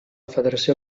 federació